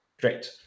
Great